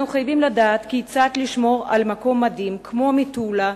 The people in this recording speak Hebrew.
אנחנו חייבים לדעת כיצד לשמור על מקום מדהים כמו מטולה,